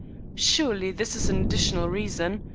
surely this is an additional reason.